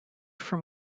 from